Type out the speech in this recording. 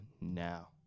now